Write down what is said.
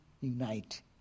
unite